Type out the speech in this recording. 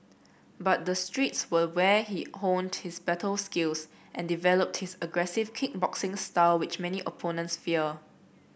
but the streets were where he honed his battle skills and developed his aggressive kick boxing style which many opponents fear